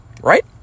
right